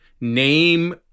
name